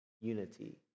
Unity